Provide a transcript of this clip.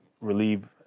relieve